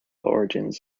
origins